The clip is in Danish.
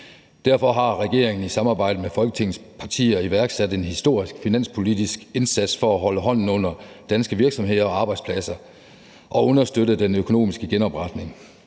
Derfor har regeringen i samarbejde med Folketingets partier iværksat en historisk finanspolitisk indsats for at holde hånden under danske virksomheder og arbejdspladser og for at understøtte den økonomiske genopretning.